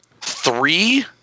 three